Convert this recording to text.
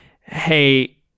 Hey